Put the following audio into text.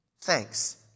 thanks